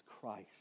Christ